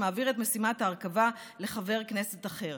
שמעביר את משימת ההרכבה לחבר כנסת אחר.